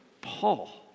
Paul